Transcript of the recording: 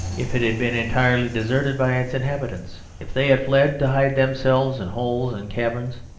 if it had been entirely deserted by its inhabitants, if they had fled to hide themselves in holes and caverns,